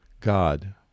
God